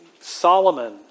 Solomon